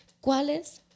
¿Cuáles